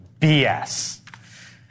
BS